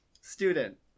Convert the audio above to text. Student